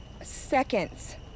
seconds